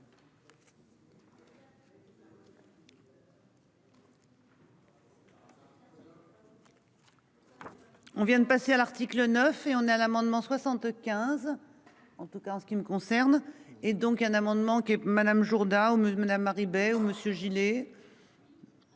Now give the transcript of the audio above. On vient de passer à l'article 9 et on a l'amendement 75. En tout cas en ce qui me concerne et donc un amendement qui Madame Jourda homme madame Marie baie où Monsieur Gillet.